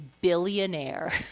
billionaire